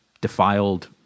defiled